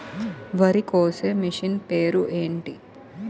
వరి కోసే మిషన్ పేరు ఏంటి